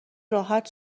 راحت